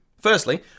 Firstly